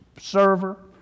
server